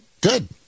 Good